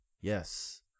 Yes